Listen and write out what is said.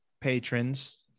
patrons